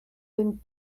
den